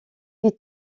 ils